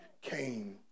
Came